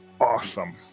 awesome